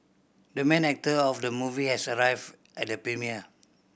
the main actor of the movie has arrived at the premiere